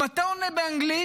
אם אתה עונה באנגלית,